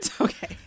Okay